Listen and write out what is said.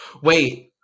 Wait